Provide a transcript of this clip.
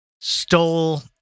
stole